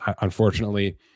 Unfortunately